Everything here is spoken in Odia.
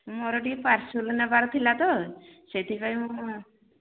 ମୋର ଟିକେ ପାର୍ସଲ ନେବାର ଥିଲା ତ ସେଥିପାଇଁ ମୁଁ